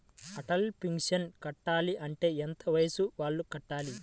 Atal pension కట్టాలి అంటే ఎంత వయసు వాళ్ళు కట్టాలి?